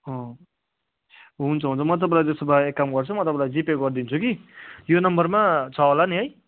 अँ हुन्छ हुन्छ म तपाईँलाई त्यसो भए एक काम गर्छु म तपाईँलाई जिपे गरिदिन्छु कि यो नम्बरमा छ होला नि है